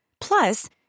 Plus